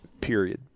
period